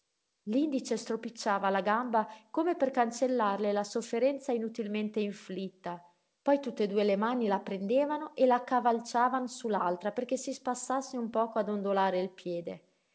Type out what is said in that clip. l'indice stropicciava la gamba come per cancellarle la sofferenza inutilmente inflitta poi tutt'e due le mani la prendevano e la accavalciavan su l'altra perché si spassasse un poco a dondolare il piede